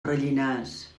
rellinars